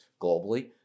globally